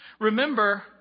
Remember